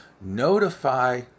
Notify